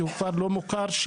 שהוא כפר לא מוכר.